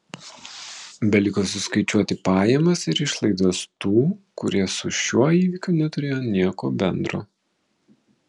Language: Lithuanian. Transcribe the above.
beliko suskaičiuoti pajamas ir išlaidas tų kurie su šiuo įvykiu neturėjo nieko bendro